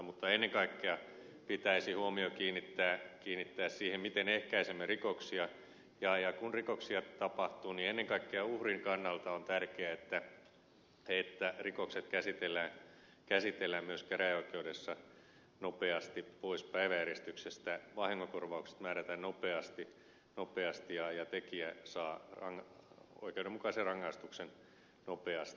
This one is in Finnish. mutta ennen kaikkea pitäisi huomio kiinnittää siihen miten ehkäisemme rikoksia ja kun rikoksia tapahtuu niin ennen kaikkea uhrin kannalta on tärkeää että rikokset käsitellään myös käräjäoikeudessa nopeasti pois päiväjärjestyksestä vahingonkorvaukset määrätään nopeasti ja tekijä saa oikeudenmukaisen rangaistuksen nopeasti